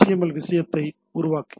L விஷயத்தை உருவாக்குகிறது